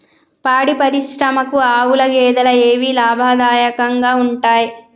పాడి పరిశ్రమకు ఆవుల, గేదెల ఏవి లాభదాయకంగా ఉంటయ్?